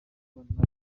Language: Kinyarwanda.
n’abiru